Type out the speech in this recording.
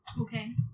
Okay